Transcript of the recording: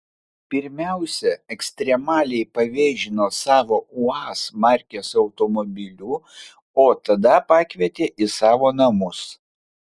pirmiausia ekstremaliai pavėžino savo uaz markės automobiliu o tada pakvietė į savo namus